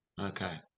Okay